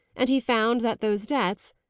and he found that those debts,